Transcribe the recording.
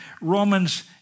Romans